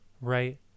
right